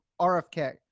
RFK